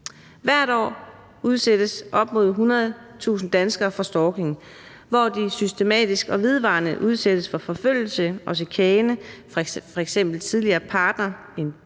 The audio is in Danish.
Hvert år udsættes op mod 100.000 danskere for stalking, hvor de systematisk og vedvarende udsættes for forfølgelse og chikane fra f.eks. en tidligere partner, en date,